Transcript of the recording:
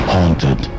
Haunted